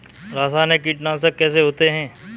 रासायनिक कीटनाशक कैसे होते हैं?